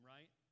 Right